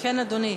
כן, אדוני.